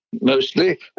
mostly